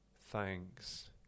thanks